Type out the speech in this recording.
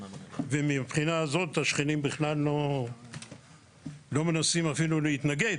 ומהבחינה הזאת השכנים אפילו לא מנסים להתנגד.